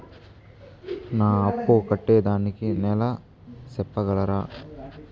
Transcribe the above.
నా అప్పు కట్టేదానికి నెల సెప్పగలరా?